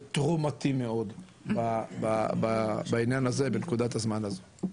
תרומתי מאוד בעניין הזה בפקודת הזמן הזה.